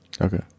Okay